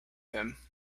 him